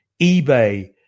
eBay